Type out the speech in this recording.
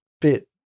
bit